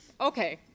okay